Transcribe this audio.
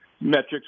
metrics